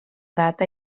data